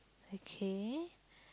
okay